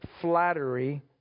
flattery